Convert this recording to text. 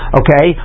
okay